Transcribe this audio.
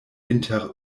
inter